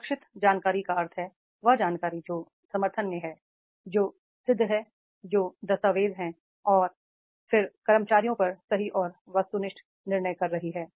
सुरक्षित जानकारी का अर्थ है वह जानकारी जो समर्थन में है जो सिद्ध है जो दस्तावेज है और फिर कर्मचारियों पर सही और वस्तुनिष्ठ निर्णय कर रही है